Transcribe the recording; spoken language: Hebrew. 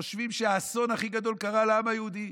חושבים שהאסון הכי גדול קרה לעם היהודי.